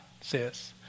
says